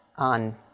on